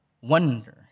wonder